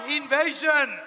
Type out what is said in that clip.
invasion